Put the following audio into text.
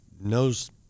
knows